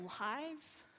lives